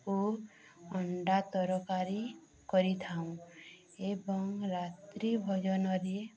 ଓ ଅଣ୍ଡା ତରକାରୀ କରିଥାଉ ଏବଂ ରାତ୍ରି ଭୋଜନରେ